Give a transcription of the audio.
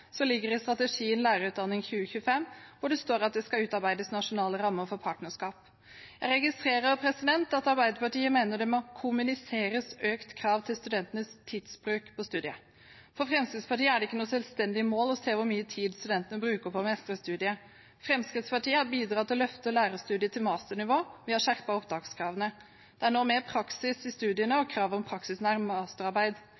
så langt har fått tilbud om – bidrar til å fremme kvalitet både i lærerutdanningen og på skolen. En viktig faktor Fremskrittspartiet også vil trekke fram, er partnerskapssamarbeidet om praksis av høy kvalitet, som ligger i strategien Lærerutdanning 2025, der det står at det skal utarbeides nasjonale rammer for partnerskap. Jeg registrerer at Arbeiderpartiet mener det må kommuniseres økte krav til studentenes tidsbruk på studiet. For Fremskrittspartiet er det ikke noe selvstendig mål å se hvor mye tid studentene bruker på å